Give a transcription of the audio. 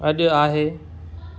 अॼु आहे